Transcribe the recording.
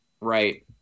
Right